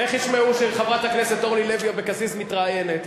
איך ישמעו שחברת הכנסת אורלי לוי אבקסיס מתראיינת,